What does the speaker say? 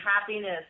happiness